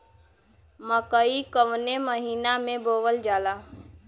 मकई कवने महीना में बोवल जाला?